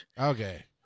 Okay